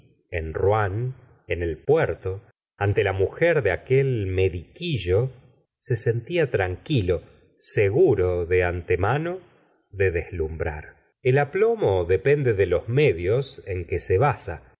en rouen en el puerto ante la mujer de aquel mediquillo se sentía tranquilo seguro de an temano de deslumbrar el aplomo depende de los medios en que se basa